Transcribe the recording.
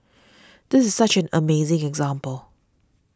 this is such an amazing example